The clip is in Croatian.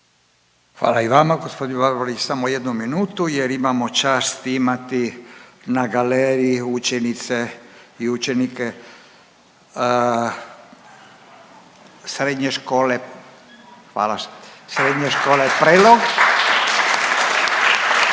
Hvala i vama. Gospodin …/Govornik se ne razumije./… smo jednu minutu jer imamo čast imati na galeriji učenice i učenike Srednje škole, hvala,